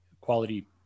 quality